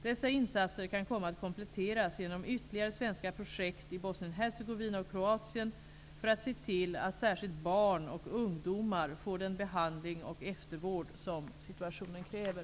Dessa insatser kan komma att kompletteras genom ytterligare svenska projekt i Bosnien-Hercegovina och Kroatien för att se till att särskilt barn och ungdomar får den behandling och eftervård som situationen kräver.